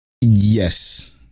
Yes